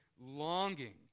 longing